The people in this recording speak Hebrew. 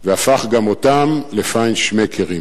והפך גם אותם ל"פיינשמקרים".